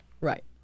Right